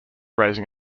raising